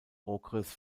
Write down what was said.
okres